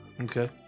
Okay